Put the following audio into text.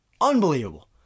Unbelievable